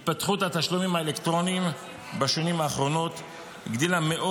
התפתחות התשלומים האלקטרוניים בשנים האחרונות הגדילה מאוד,